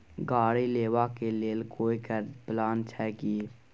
गाड़ी लेबा के लेल कोई कर्ज प्लान छै की?